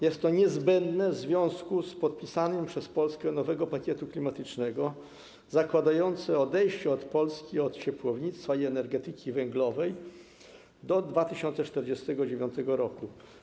Jest to niezbędne w związku z podpisaniem przez Polskę nowego pakietu klimatycznego zakładającego odejście Polski od ciepłownictwa i energetyki węglowej do 2049 r.